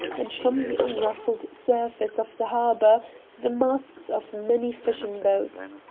and from the unruffled surface of the harbor the masts of many fishing-boats.